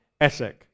Essek